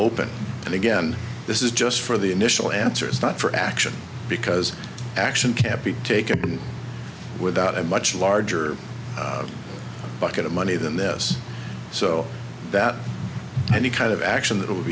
open and again this is just for the initial answers not for action because action can't be taken with that a much larger bucket of money than this so that any kind of action that w